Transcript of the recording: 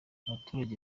abaturage